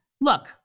look